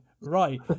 right